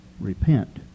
repent